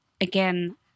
again